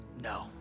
No